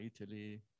Italy